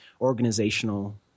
organizational